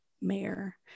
mayor